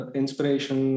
inspiration